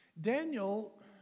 Daniel